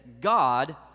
God